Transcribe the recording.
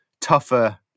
tougher